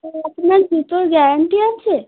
তো আপনার জুতোর গ্যারান্টি আছে